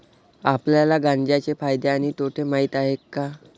आपल्याला गांजा चे फायदे आणि तोटे माहित आहेत का?